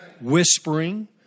whispering